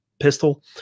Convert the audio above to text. pistol